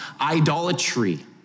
idolatry